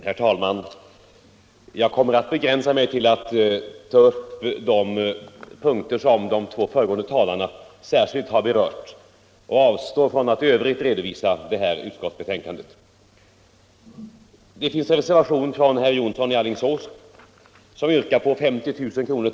Herr talman! Jag kommer att begränsa mig till att ta upp de punkter som de två föregående talarna särskilt har berört och avstå från att i övrigt redovisa utskottets betänkande. I en reservation yrkar herr Jonsson i Alingsås på ytterligare 50 000 kr.